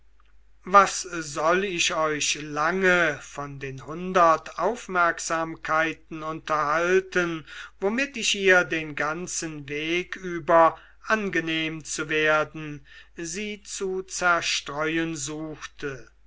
was soll ich euch lange von den hundert aufmerksamkeiten unterhalten womit ich ihr den ganzen weg über angenehm zu werden sie zu zerstreuen suchte